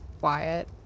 Wyatt